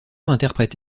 interprète